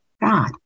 God